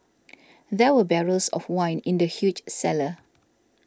there were barrels of wine in the huge cellar